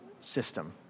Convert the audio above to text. system